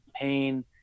pain